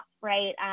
right